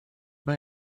mae